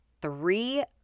three